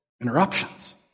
interruptions